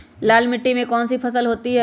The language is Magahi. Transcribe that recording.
लाल मिट्टी में कौन सी फसल होती हैं?